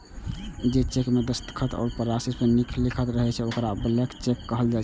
जे चेक मे दस्तखत रहै छै, पर राशि नै लिखल रहै छै, ओकरा ब्लैंक चेक कहल जाइ छै